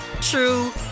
true